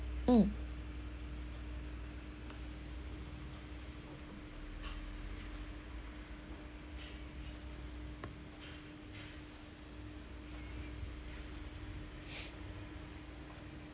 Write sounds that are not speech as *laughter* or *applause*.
mm *noise*